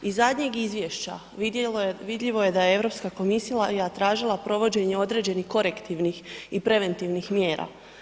Iz zadnjeg izvješća vidljivo je da je EU komisija tražila provođenje određenih korektivnih i preventivnih mjera.